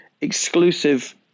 exclusive